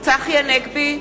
בהצבעה צחי הנגבי,